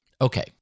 Okay